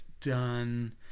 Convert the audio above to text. done